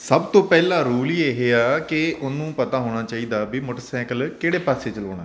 ਸਭ ਤੋਂ ਪਹਿਲਾਂ ਰੂਲ ਹੀ ਇਹ ਆ ਕਿ ਉਹਨੂੰ ਪਤਾ ਹੋਣਾ ਚਾਹੀਦਾ ਵੀ ਮੋਟਰਸਾਈਕਲ ਕਿਹੜੇ ਪਾਸੇ ਚਲਾਉਣਾ